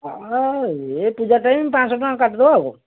ଏ ପୂଜା ପାଇଁ ପାଞ୍ଚ ଶହ ଟଙ୍କା କାଟିଦେବା ଆଉ କ'ଣ